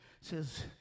says